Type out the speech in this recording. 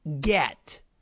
get